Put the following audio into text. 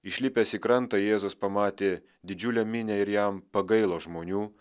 išlipęs į krantą jėzus pamatė didžiulę minią ir jam pagailo žmonių